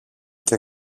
και